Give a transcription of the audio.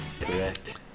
correct